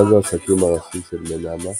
מרכז העסקים הראשי של מנאמה